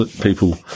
people